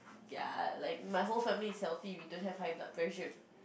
ya like my whole family is healthy